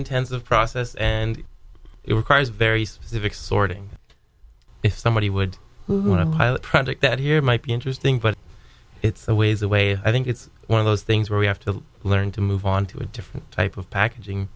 intensive process and it requires very specific sorting if somebody would who want a pilot project that here might be interesting but it's a ways away i think it's one of those things where we have to learn to move on to a different type of packaging